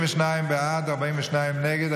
32 בעד, 42 נגד.